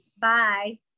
Bye